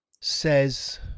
says